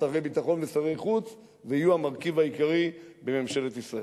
שרי ביטחון ושרי חוץ ויהיו המרכיב העיקרי בממשלת ישראל.